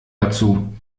dazu